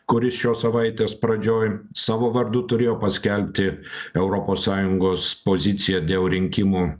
kuris šios savaitės pradžioj savo vardu turėjo paskelbti europos sąjungos poziciją dėl rinkimų